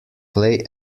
clay